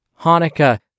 Hanukkah